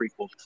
prequel